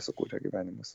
sukūrė gyvenimus